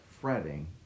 fretting